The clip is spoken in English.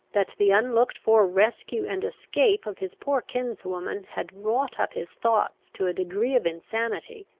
that the unlooked-for rescue and escape of his poor kinswoman had wrought up his thoughts to a degree of insanity,